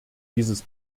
dieses